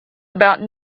about